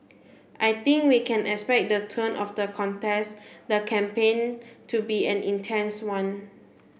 I think we can expect the tone of the contest the campaign to be an intense one